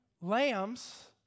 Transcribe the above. Lamb's